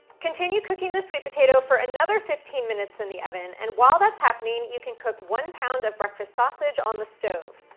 continue cooking the sweet potato for another fifteen minutes in the oven. and while that's happening, you can cook one pound of breakfast sausage on the stove.